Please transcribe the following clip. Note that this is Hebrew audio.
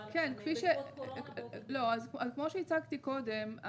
כפי שהצגתי קודם,